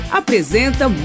apresenta